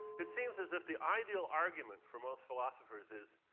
it seems as if the ideal argument for most philosophers is